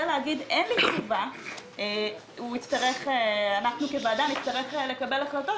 ובכל מקום שלא תהיה לו תשובה אז אנחנו בוועדה נצטרך לקבל החלטות,